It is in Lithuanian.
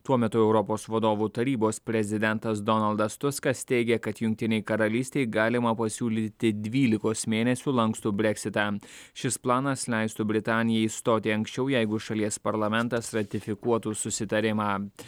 tuo metu europos vadovų tarybos prezidentas donaldas tuskas teigė kad jungtinei karalystei galima pasiūlyti dvylikos mėnesių lankstų breksitą šis planas leistų britanijai išstoti anksčiau jeigu šalies parlamentas ratifikuotų susitarimą